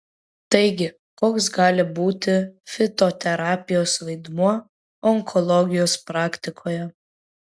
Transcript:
taigi koks gali būti fitoterapijos vaidmuo onkologijos praktikoje